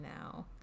now